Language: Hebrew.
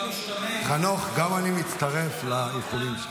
חנוך, גם אני מצטרף לאיחולים.